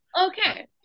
Okay